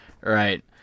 Right